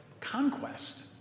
conquest